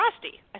frosty